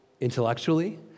intellectually